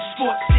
Sports